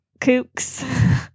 kooks